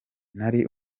nari